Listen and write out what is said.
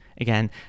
again